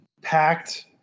packed